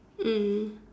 mm